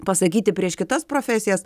pasakyti prieš kitas profesijas